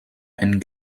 and